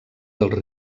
dels